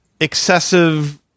excessive